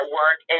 work